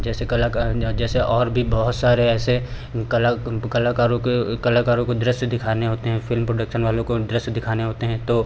जैसे कलाकार जैसे और भी बहुत सारे ऐसे कला कलाकारों के कलाकारों को दृश्य दिखाने होते हैं फिल्म पोडक्सन वालों को इंटरेस दिखाने होते हैं तो